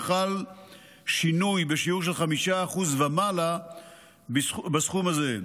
חל שינוי בשיעור של 5% ומעלה בסכום הזה.